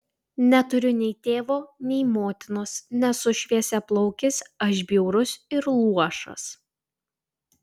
neturiu nei tėvo nei motinos nesu šviesiaplaukis aš bjaurus ir luošas